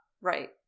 Right